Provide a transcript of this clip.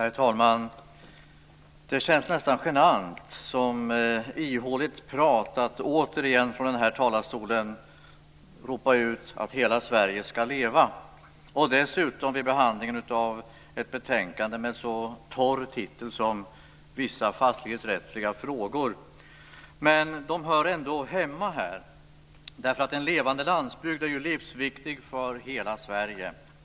Herr talman! Det känns nästan genant och som ihåligt prat att återigen från den här talarstolen ropa ut att hela Sverige ska leva och dessutom vid behandlingen av ett betänkande med så torr titel som Vissa fastighetsrättsliga frågor. Men de hör ändå hemma här. En levande landsbygd är livsviktig för hela Sverige.